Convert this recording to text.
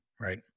right